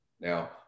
Now